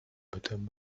bottom